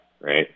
right